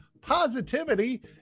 positivity